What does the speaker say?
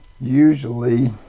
usually